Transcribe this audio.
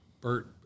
Bert